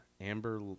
amber